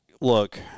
Look